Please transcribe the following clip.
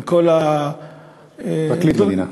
פרקליט מדינה.